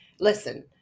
listen